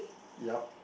yep